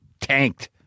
Tanked